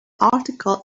article